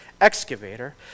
excavator